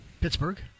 Pittsburgh